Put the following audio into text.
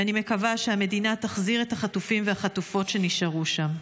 ואני מקווה שהמדינה תחזיר את החטופים ואת החטופות שנשארו שם.